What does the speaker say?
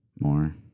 More